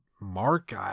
mark